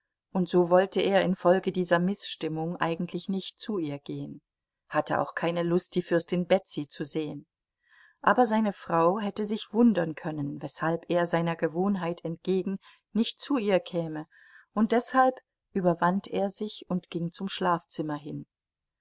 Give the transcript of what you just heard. und so wollte er infolge dieser mißstimmung eigentlich nicht zu ihr gehen hatte auch keine lust die fürstin betsy zu sehen aber seine frau hätte sich wundern können weshalb er seiner gewohnheit entgegen nicht zu ihr käme und deshalb überwand er sich und ging zum schlafzimmer hin